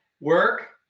Work